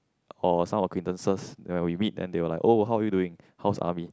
or some acquaintances when we meet and they will like oh how are you doing how's army